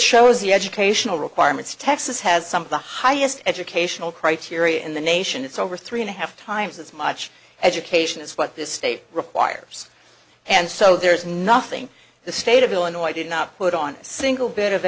shows the educational requirements texas has some of the highest educational criteria in the nation it's over three and a half times as much education as what this state requires and so there is nothing the state of illinois did not put on a single bit of